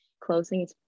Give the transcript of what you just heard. closing